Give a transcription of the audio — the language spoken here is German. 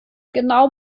genau